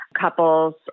couples